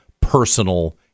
personal